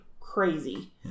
crazy